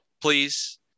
please